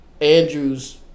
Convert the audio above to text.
Andrew's